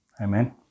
Amen